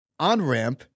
OnRamp